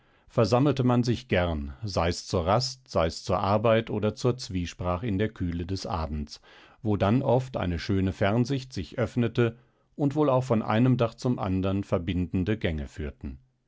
versammelte man sich gern sei's zur rast sei's zur arbeit oder zur zwiesprach in der kühle des abends wo dann oft eine schöne fernsicht sich öffnete und wohl auch von einem dach zum andern verbindende gänge führten